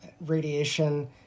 radiation